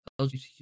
LGBTQ